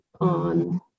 on